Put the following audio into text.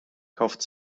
kauft